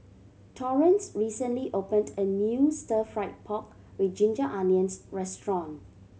Torrence recently opened a new Stir Fried Pork With Ginger Onions restaurant